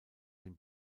den